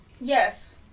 Yes